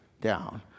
down